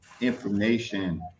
information